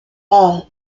par